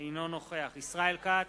אינו נוכח ישראל כץ,